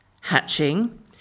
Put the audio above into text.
Hatching